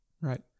Right